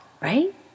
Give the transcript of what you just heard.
right